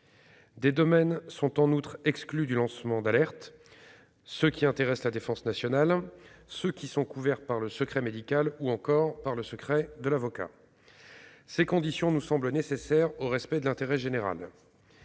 domaines sont en outre exclus du lancement d'alerte : ceux qui intéressent la défense nationale et ceux qui sont couverts par le secret médical ou par le secret de l'avocat. Ces conditions nous semblent nécessaires au respect de l'intérêt général.